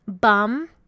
bum